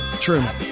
Truman